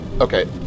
Okay